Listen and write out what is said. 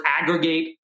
aggregate